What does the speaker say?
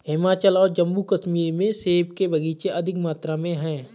हिमाचल और जम्मू कश्मीर में सेब के बगीचे अधिक मात्रा में है